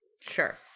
Sure